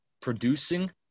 producing